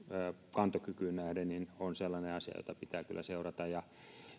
kantokykyyn nähden on sellainen asia jota pitää kyllä seurata